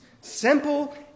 simple